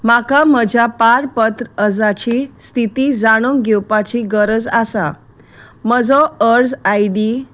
म्हाका म्हज्या पारपत्र अर्जाची स्थिती जाणून घेवपाची गरज आसा म्हजो अर्ज आय डी